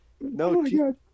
No